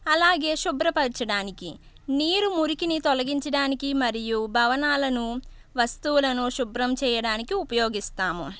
అలాగే శుభ్రపరచడానికి నీరు మురికిని తొలగించడానికి మరియు భవనాలను వస్తువులను శుభ్రం చేయడానికి ఉపయోగిస్తాము